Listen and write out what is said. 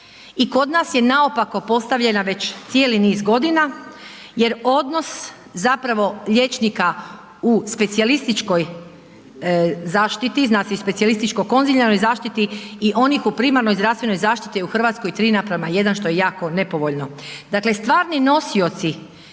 i kod nas je naopako postavljena već cijeli niz godina jer odnos zapravo liječnika u specijalističkoj zaštiti, znači i specijalističko konzilijarnoj zaštiti i onih u primarnoj zdravstvenoj zaštiti je u Hrvatskoj 3:1 što je jako nepovoljno. Dakle stvarni nosioci